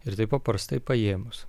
ir taip paprastai paėmus